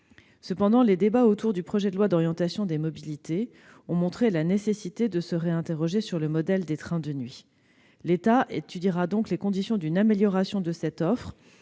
Néanmoins, les débats sur le projet de loi d'orientation des mobilités ont montré la nécessité de se réinterroger sur le modèle des trains de nuit. L'État étudiera donc les conditions d'une amélioration de cette offre,